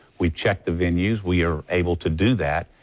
we've checked the venue, we are able to do that.